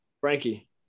Frankie